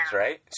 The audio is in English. right